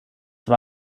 war